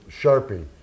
sharpie